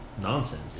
nonsense